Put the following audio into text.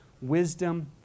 wisdom